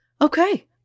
okay